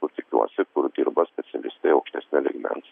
kur tikiuosi kur dirba specialistai aukštesnio lygmens